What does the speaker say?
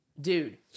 Dude